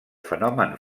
fenomen